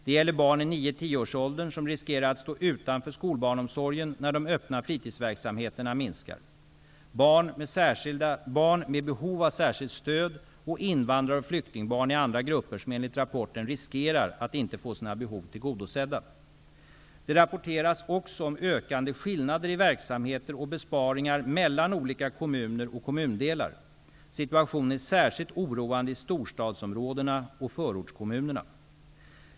Det gäller barn i 9--10-årsåldern, vilka riskerar att stå utanför skolbarnsomsorgen när de öppna fritidsverksamheterna minskar. Barn med behov av särskilt stöd samt invandrar och flyktingbarn är andra grupper som enligt rapporten riskerar att inte få sina behov tillgodosedda. Det rapporteras också om ökande skillnader i verksamheter och besparingar mellan olika kommuner och kommundelar. Situationen är särskilt oroande i storstadsområdena och förortskommunerna.